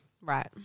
right